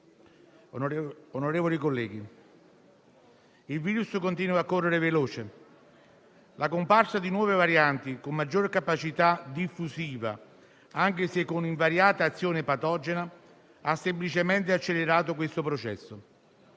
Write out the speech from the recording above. onorevoli colleghi, il virus continua a correre veloce; la comparsa di nuove varianti con maggiore capacità diffusiva, anche se con invariata azione patogena, ha semplicemente accelerato questo processo.